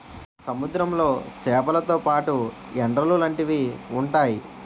సముద్రంలో సేపలతో పాటు ఎండ్రలు లాంటివి ఉంతాయి